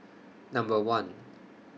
Number one